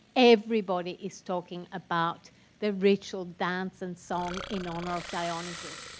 everybody is talking about the ritual dance and song in honor of dionysus,